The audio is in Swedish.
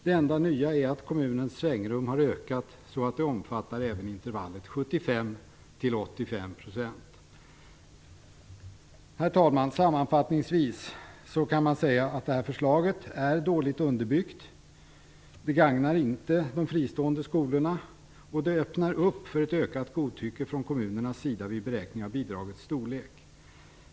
Det enda nya är att kommunens svängrum har ökat, så att det omfattar även intervallet 75-85 %. Herr talman! Sammanfattningsvis kan man säga att detta förslag är dåligt underbyggt. Det gagnar inte de fristående skolorna och det öppnar upp för ett ökat godtycke från kommunernas sida vid beräkningen av bidragets storlek.